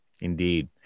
Indeed